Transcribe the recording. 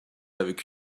avec